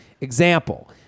Example